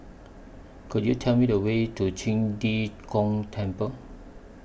Could YOU Tell Me The Way to Qing De Gong Temple